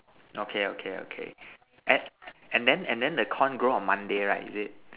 okay okay okay and and then and then the corn grow on Monday right is it